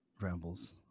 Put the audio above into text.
Rambles